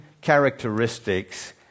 characteristics